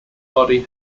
body